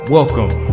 Welcome